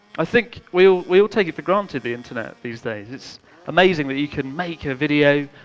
i think we we all take it for granted the internet these days. it's amazing that you can make a video,